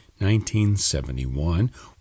1971